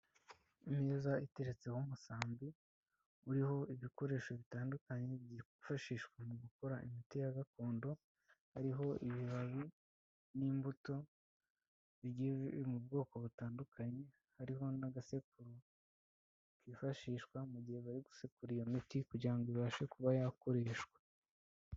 Imeza iteretseho umusambi, uriho ibikoresho bitandukanye, byifashishwa mu gukora imiti ya gakondo, hariho ibibabi n'imbuto biri mu bwoko butandukanye, hariho n'agasekururo kifashishwa mu gihe bari gusekura iyo miti kugirango ibashe kuba yakoreshwa.